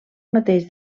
mateix